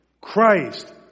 Christ